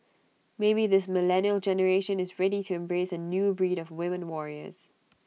maybe this millennial generation is ready to embrace A new breed of women warriors